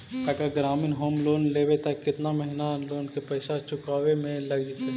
अगर ग्रामीण home loan लेबै त केतना महिना लोन के पैसा चुकावे में लग जैतै?